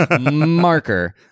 marker